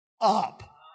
up